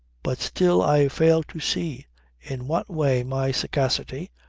but still i fail to see in what way my sagacity,